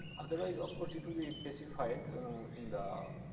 otherwise, of course, it will be specified in the